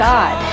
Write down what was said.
God